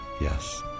yes